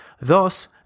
Thus